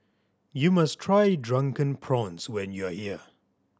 you must try Drunken Prawns when you are here